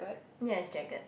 yes Jaggard